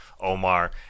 Omar